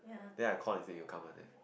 then I call it's name it will come one leh